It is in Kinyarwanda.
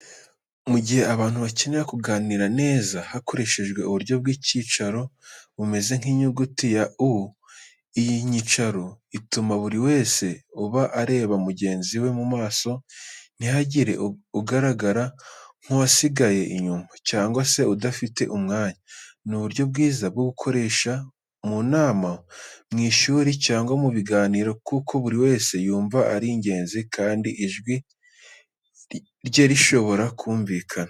Mu gihe abantu bakenera kuganira neza, hakoreshwa uburyo bw’inyicaro bumeze nk’inyuguti ya U. Iyi nyicaro ituma buri wese aba areba mugenzi we mu maso, ntihagire ugaragara nk’uwasigaye inyuma, cyangwa se udafite umwanya. Ni uburyo bwiza bwo gukoresha mu nama, mu ishuri cyangwa mu biganiro, kuko buri wese yumva ari ingenzi kandi ijwi rye rishobora kumvikana.